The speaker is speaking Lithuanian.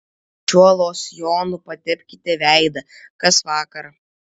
šiuo losjonu patepkite veidą kas vakarą